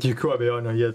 jokių abejonių jie